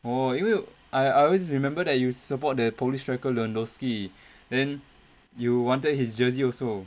orh 因为 I I always remember that you support that polish striker lewandowski then you wanted his jersey also